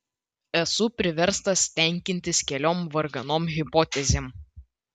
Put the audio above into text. esu priverstas tenkintis keliom varganom hipotezėm